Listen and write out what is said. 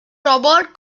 robert